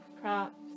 props